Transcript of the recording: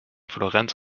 florenz